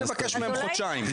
בוא נבקש מהם חודשיים.